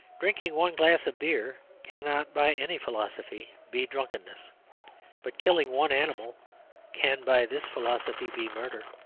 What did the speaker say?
drinking one glass of beer cannot by any philosophy be drunkenness but killing one animal can, by this philosophy, be murder.